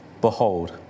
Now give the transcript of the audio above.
behold